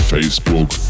Facebook